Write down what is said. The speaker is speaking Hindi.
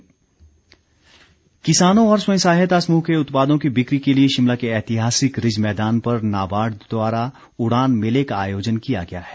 उड़ान मेला किसानों और स्वयं सहायता समूह के उत्पादों की बिक्री के लिए शिमला के ऐतिहासिक रिज मैदान पर नाबार्ड द्वारा उड़ान मेले का आयोजन किया गया है